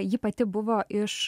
ji pati buvo iš